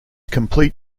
complete